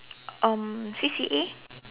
um C_C_A